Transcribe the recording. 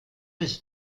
was